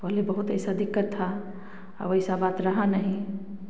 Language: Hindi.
पहले बहुत ऐसा दिक्कत था अब वैसा बात रहा नहीं